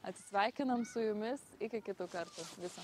atsisveikinam su jumis iki kitų kartų viso